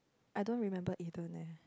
I don't remember Eden eh